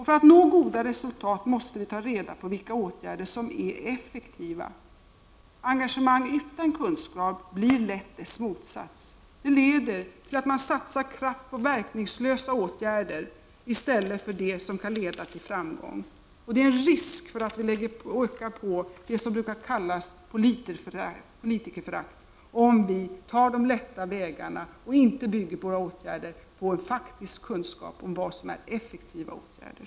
För att nå goda resultat måste vi ta reda på vilka åtgärder som är effektiva. Engagemang utan kunskap blir lätt dess motsats. Det leder till att man satsar på verkningslösa åtgärder i stället för det som kan leda till framgång. Det finns en risk för att vi ökar på det som brukar kallas för politikerföraktet, om vi tar de lätta vägarna och inte bygger våra åtgärder på en faktisk kunskap om vad som är effektiva åtgärder.